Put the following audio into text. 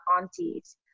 aunties